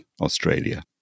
Australia